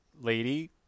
lady